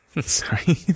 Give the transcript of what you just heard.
sorry